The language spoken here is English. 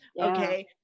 Okay